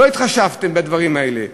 לא התחשבתם בדברים האלה.